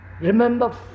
Remember